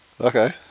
Okay